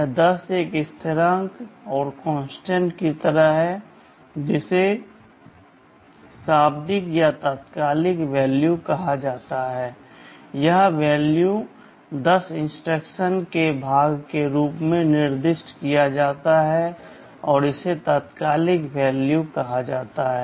वह 10 एक स्थिरांक की तरह है जिसे शाब्दिक या तात्कालिक मान कहा जाता है यह मान 10 इंस्ट्रक्शन के भाग के रूप में निर्दिष्ट किया जाता है और इसे तात्कालिक मान कहा जाता है